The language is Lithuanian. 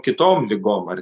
kitom ligom ar